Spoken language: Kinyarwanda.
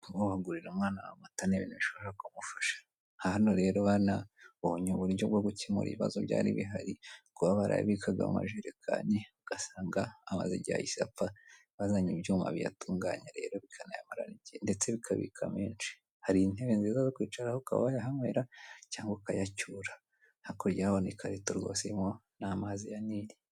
Kuba wagurira umwana wawe amata n'ibintu bishobora kumufasha aha hano rero banabonye uburyo bwo gukemura ibibazo byari bihari kuba barayabikaga amajerekani ugasanga amaze igihe ahise apfa bazanye ibyuma biyatunganya rero bikana yamarana igihe kirekire ndetse bikanabika menshi ,hari intebe nziza zo kwicaraho ukaba wa yahanywera cyangwa ukayacyura, hakurya urahabona ikarito rwose irimo n'amazi ya niri( Nil).